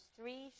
three